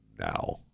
now